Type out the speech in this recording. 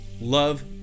Love